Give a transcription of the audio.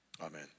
amen